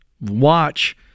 watch